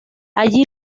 allí